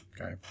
Okay